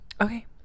Okay